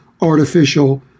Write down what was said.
artificial